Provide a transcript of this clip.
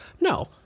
no